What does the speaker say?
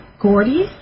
Gordy